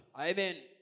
Amen